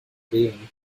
being